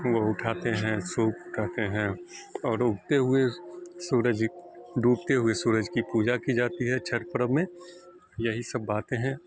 وہ اٹھاتے ہیں سوپ اٹھاتے ہیں اور اگتے ہوئے سورج ڈوبتے ہوئے سورج کی پوجا کی جاتی ہے چھٹ پرو میں یہی سب باتیں ہیں